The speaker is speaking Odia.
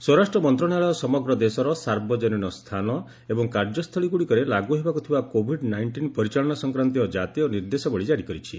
ସ୍ୱରାଷ୍ଟ୍ର ମନ୍ତ୍ରଣାଳୟ ସମଗ୍ର ଦେଶର ସାର୍ବଜନୀନ ସ୍ଥାନ ଏବଂ କାର୍ଯ୍ୟସ୍ଥଳୀଗୁଡ଼ିକରେ ଲାଗୁ ହେବାକୁ ଥିବା କୋଭିଡ୍ ନାଇଣ୍ଟିନ୍ ପରିଚାଳନା ସଂକ୍ରାନ୍ତ ଜାତୀୟ ନିର୍ଦ୍ଦେଶାବଳୀ ଜାରି କରିଛି